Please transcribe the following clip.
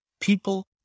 people